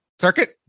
circuit